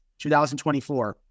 2024